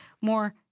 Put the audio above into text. more